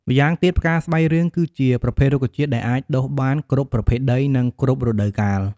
ម្យ៉ាងទៀតផ្កា ស្បៃរឿងគឺជាប្រភេទរុក្ខជាតិដែលអាចដុះបានគ្រប់ប្រភេទដី និងគ្រប់រដូវកាល។